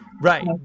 Right